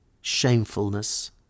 shamefulness